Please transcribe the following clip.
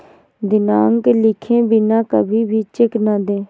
दिनांक लिखे बिना कभी भी चेक न दें